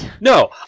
No